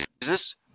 Jesus